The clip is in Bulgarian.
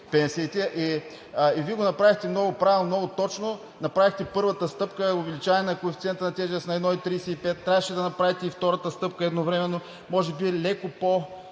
пенсиите. И Вие го направихте много правилно и точно, направихте първата стъпка – увеличаване на коефициента на тежест на 1,35, трябваше да направите и втората стъпка едновременно – може би леко